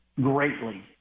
greatly